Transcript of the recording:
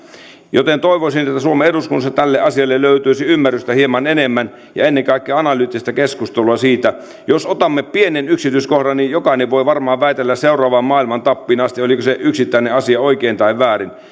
joten toivoisin että suomen eduskunnassa tälle asialle löytyisi ymmärrystä hieman enemmän ja ennen kaikkea analyyttista keskustelua siitä jos otamme pienen yksityiskohdan niin jokainen voi varmaan väitellä seuraavaan maailmantappiin asti oliko se yksittäinen asia oikein vai väärin